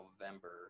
November